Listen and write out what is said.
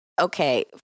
Okay